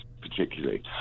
particularly